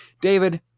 david